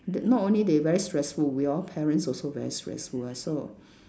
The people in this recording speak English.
they not only they very stressful we all parents also very stressful ah so